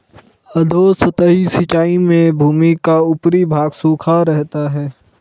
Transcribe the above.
अधोसतही सिंचाई में भूमि का ऊपरी भाग सूखा रहता है